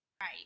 right